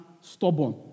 stubborn